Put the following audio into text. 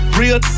real